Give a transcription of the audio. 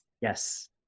yes